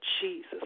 Jesus